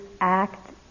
act